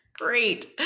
Great